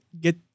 get